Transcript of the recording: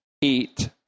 eat